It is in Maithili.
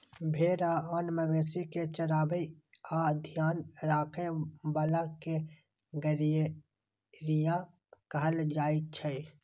भेड़ आ आन मवेशी कें चराबै आ ध्यान राखै बला कें गड़ेरिया कहल जाइ छै